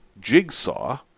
jigsaw